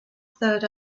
third